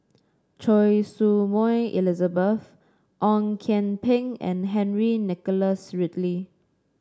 Choy Su Moi Elizabeth Ong Kian Peng and Henry Nicholas Ridley